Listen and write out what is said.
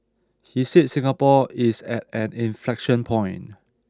he said Singapore is at an inflection point